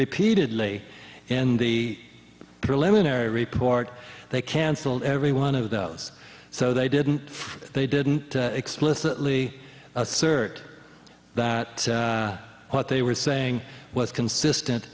repeatedly in the preliminary report they canceled every one of those so they didn't they didn't explicitly assert that what they were saying was consistent